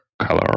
color